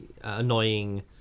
annoying